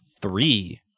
Three